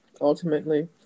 ultimately